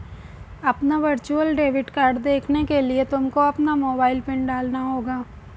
अपना virtual debit card देखने के लिए तुमको अपना मोबाइल पिन डालना होगा